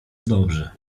dobrze